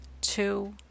two